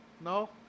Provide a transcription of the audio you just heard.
no